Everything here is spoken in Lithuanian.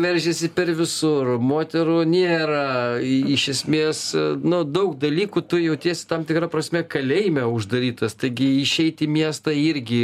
veržiasi per visur moterų nėra i iš esmės nu daug dalykų tu jautiesi tam tikra prasme kalėjime uždarytas taigi išeiti į miestą irgi